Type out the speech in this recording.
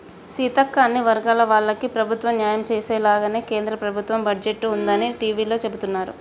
సీతక్క అన్ని వర్గాల వాళ్లకి ప్రభుత్వం న్యాయం చేసేలాగానే కేంద్ర ప్రభుత్వ బడ్జెట్ ఉందని టివీలో సెబుతున్నారు